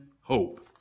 hope